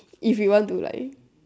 if you want to like